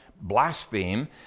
blaspheme